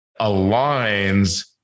aligns